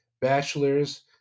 bachelor's